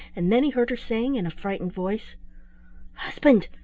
and then he heard her saying in a frightened voice husband,